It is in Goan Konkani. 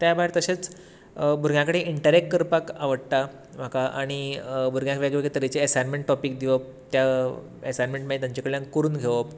त्या भायर तशेंच भुरग्यां कडेन इंटरेक्ट करपाक आवडटा म्हाका आनी भुरग्यांक वेगवेगळ्या तरेचे एसाइनमेंन्ट टाॅपीक दिवप त्या एसाइनमेंन्ट मागीर तांचे कडल्यान करून घेवप